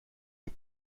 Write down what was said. les